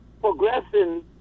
progressing